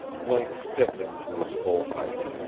link stiffened to his full height.